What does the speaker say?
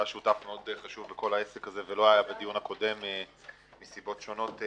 שהיה שותף חשוב מאוד בכל העסק הזה ולא היה בדיון הקודם בשל סיבות שונות.